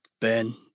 Ben